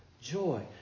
Joy